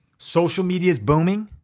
social media is booming.